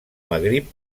magrib